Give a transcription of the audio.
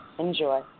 Enjoy